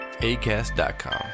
ACAST.com